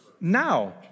Now